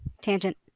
Tangent